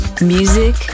Music